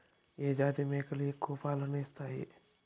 ఏ జాతి మేకలు ఎక్కువ పాలను ఇస్తాయి?